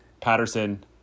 Patterson